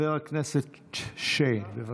חבר הכנסת שיין, בבקשה.